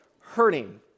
hurting